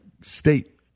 state